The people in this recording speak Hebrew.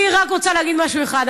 אני רק רוצה להגיד דבר אחד.